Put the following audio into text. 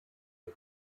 des